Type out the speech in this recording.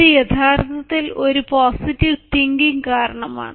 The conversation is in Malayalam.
ഇത് യഥാർത്ഥത്തിൽ ഒരു പോസിറ്റീവ് തിങ്കിംഗ് കാരണമാണ്